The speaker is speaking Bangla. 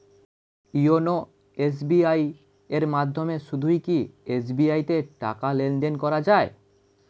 ইওনো এস.বি.আই এর মাধ্যমে শুধুই কি এস.বি.আই তে টাকা লেনদেন করা যায়?